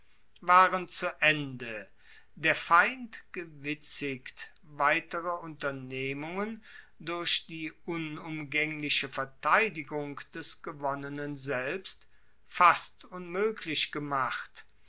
waren zu ende der feind gewitzigt weitere unternehmungen durch die unumgaengliche verteidigung des gewonnenen selbst fast unmoeglich gemacht